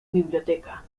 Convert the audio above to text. biblioteca